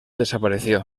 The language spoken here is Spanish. desapareció